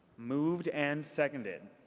moved and seconded.